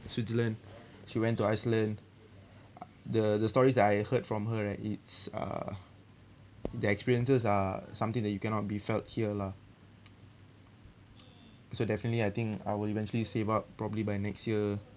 Switzerland she went to Iceland the the stories that I heard from her right it's uh the experiences are something that you cannot be felt here lah so definitely I think I will eventually save up probably by next year